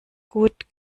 gut